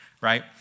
right